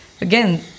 Again